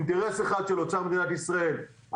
אינטרס אחד שרוצה מדינת ישראל,